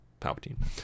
Palpatine